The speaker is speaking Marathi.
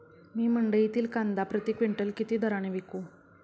मी मंडईतील कांदा प्रति क्विंटल किती दराने विकू?